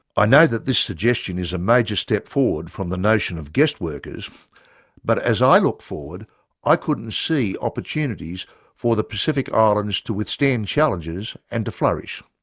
i know that this suggestion is a major step forward from the notion of guest workers' but as i looked forward i couldn't see opportunities for the pacific islands to withstand challenges and to flourish.